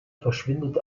verschwindet